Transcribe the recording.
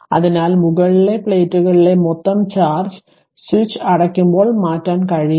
അതിനാൽ മുകളിലെ പ്ലേറ്റുകളിലെ മൊത്തം ചാർജ് സ്വിച്ച് അടയ്ക്കുമ്പോൾ മാറ്റാൻ കഴിയില്ല